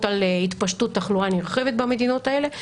על התפשטות תחלואה נרחבת במדינות האלה.